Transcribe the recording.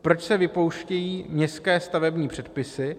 Proč se vypouštějí městské stavební předpisy?